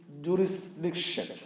jurisdiction